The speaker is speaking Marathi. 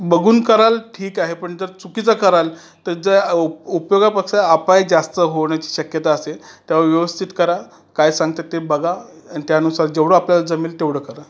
बघून कराल ठीक आहे पण जर चुकीचं कराल तर ज्या उप उपयोगापेक्षा अपाय जास्त होण्याची शक्यता असते तेव्हा व्यवस्थित करा काय सांगतात ते बघा आणि त्यानुसार जेवढं आपल्याला जमेल तेवढं करा